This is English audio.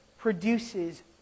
produces